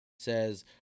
Says